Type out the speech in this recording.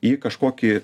jį kažkokį